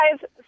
guys